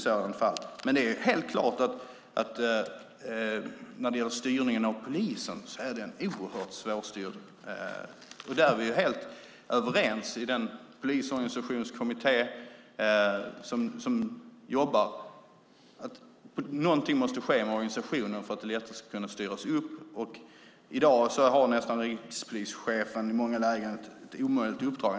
Polisen är mycket svårstyrd. I polisorganisationskommittén är vi helt överens om att något måste ske med organisationen för att detta ska kunna styras upp. I dag har Rikspolischefen ett nästan omöjligt uppdrag.